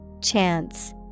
Chance